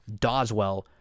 Doswell